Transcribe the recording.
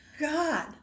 god